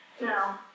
No